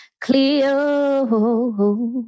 cleo